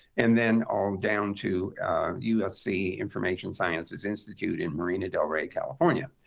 and then all down to usc information sciences institute in marina del rey, california.